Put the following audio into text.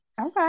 Okay